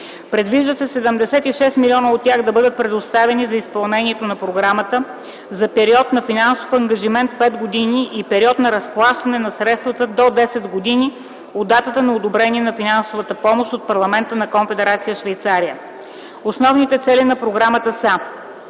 Предвиждат се 76 милиона от тях да бъдат предоставени за изпълнението на програмата за период на финансов ангажимент пет години и период на разплащане на средствата до десет години от датата на одобрение на финансовата помощ от Парламента на Конфедерация Швейцария. Основните цели на програмата са: